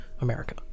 America